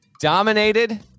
dominated